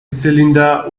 cylinder